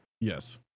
yes